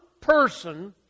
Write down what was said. person